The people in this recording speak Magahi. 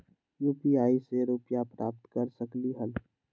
यू.पी.आई से रुपए प्राप्त कर सकलीहल?